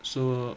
so